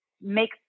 make